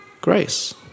grace